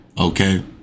Okay